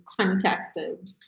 contacted